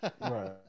Right